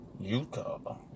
Utah